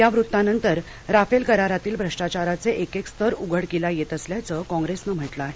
या वृत्तानंतर राफेल करारातील भ्रष्टाचाराचे एकेक स्तर उघडकीला येत असल्याचं काँग्रेसनं म्हटलं आहे